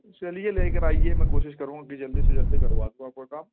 چلیے لے کر آئیے میں کوشش کروں گا کہ جلدی سے جلدی کروا دوں آپ کا کام